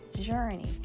journey